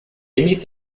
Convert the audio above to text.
émet